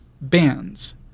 bands